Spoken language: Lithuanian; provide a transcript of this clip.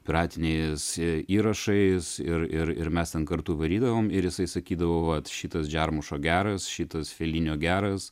piratiniais į įrašais ir ir ir mes ten kartu varydavom ir jisai sakydavo vat šitas žermušo geras šitas felinio geras